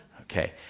Okay